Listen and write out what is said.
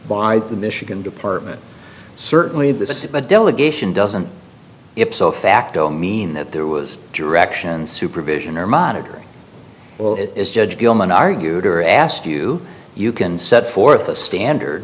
by the michigan department certainly this is a delegation doesn't it so facto mean that there was direction supervision or monitoring or it is judged gillman argued or asked you you can set forth a standard